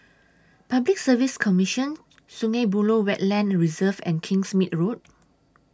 Public Service Commission Sungei Buloh Wetland Reserve and Kingsmead Road